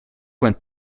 went